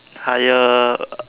hire